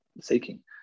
seeking